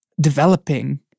developing